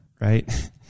right